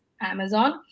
Amazon